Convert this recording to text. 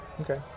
Okay